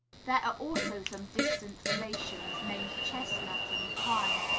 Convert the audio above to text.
there are also some distant relations, named chestnut and pine,